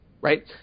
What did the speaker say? right